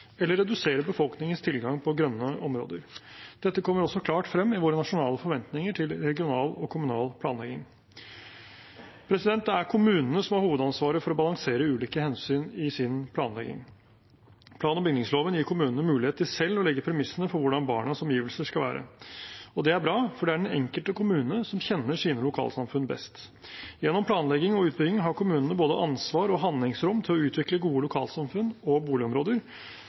eller redusere befolkningens tilgang til grønne områder. Dette kommer også klart frem i Nasjonale forventninger til regional og kommunal planlegging. Det er kommunene som har hovedansvaret for å balansere ulike hensyn i sin planlegging. Plan- og bygningsloven gir kommunene mulighet til selv å legge premissene for hvordan barnas omgivelser skal være. Det er bra, for det er den enkelte kommune som kjenner sine lokalsamfunn best. Gjennom planlegging og utbygging har kommunene både ansvar og handlingsrom for å utvikle gode lokalsamfunn og boligområder